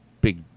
big